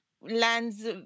lands